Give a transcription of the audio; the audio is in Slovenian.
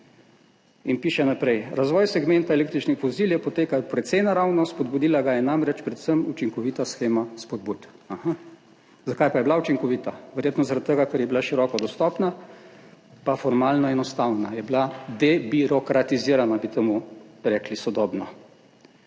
In piše naprej: »Razvoj segmenta električnih vozil je potekal precej naravno, spodbudila ga je namreč predvsem učinkovita shema spodbud.« A ha, zakaj pa je bila učinkovita? Verjetno zaradi tega, ker je bila široko dostopna pa formalno enostavna. Je bila debirokratizirana, bi temu rekli sodobno.